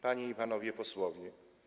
Panie i Panowie Posłowie!